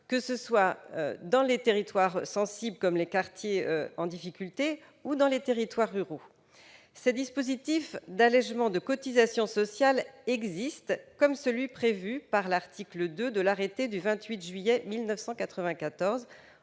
que ce soit dans les quartiers sensibles, tels que les quartiers en difficulté, ou dans les territoires ruraux. Des dispositifs d'allégement de cotisations sociales existent comme celui qui est prévu par l'article 2 de l'arrêté du 28 juillet 1994